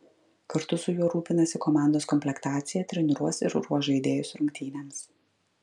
kartu su juo rūpinasi komandos komplektacija treniruos ir ruoš žaidėjus rungtynėms